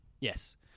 Yes